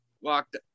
walked